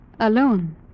Alone